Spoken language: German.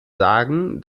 sagen